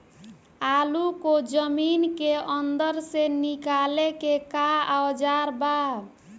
आलू को जमीन के अंदर से निकाले के का औजार बा?